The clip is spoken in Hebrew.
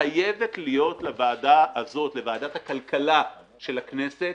חייבת להיות לוועדה הזאת, לוועדת הכלכלה של הכנסת,